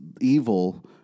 evil